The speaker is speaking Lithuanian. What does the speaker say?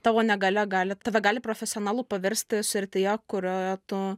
tavo negalia gali tave gali profesionalu paversti srityje kurioje tu